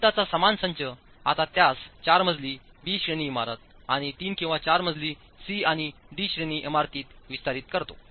गणितांचा समान संच आता त्यास 4 मजली बी श्रेणी इमारत आणि 3 किंवा 4 मजली सी आणि डी श्रेणी इमारतीत विस्तारित करतो